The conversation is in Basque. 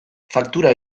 faktura